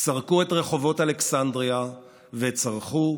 סרקו את רחובות אלכסנדרייה וצרחו